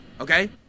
Okay